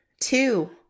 two